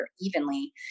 evenly